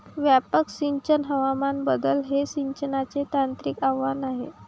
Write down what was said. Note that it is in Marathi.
व्यापक सिंचन हवामान बदल हे सिंचनाचे तांत्रिक आव्हान आहे